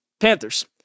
Panthers